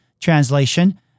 translation